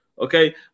Okay